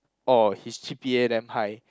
orh his G_P_A damn high